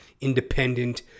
independent